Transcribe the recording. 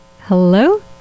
Hello